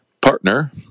partner